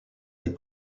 des